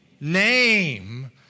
name